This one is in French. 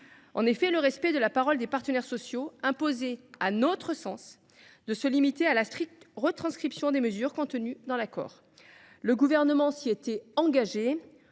En effet, le respect de la parole des partenaires sociaux imposait, à notre sens, de se limiter à la stricte retranscription des mesures contenues dans l’accord. Le Gouvernement s’y était engagé